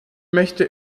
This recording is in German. möchte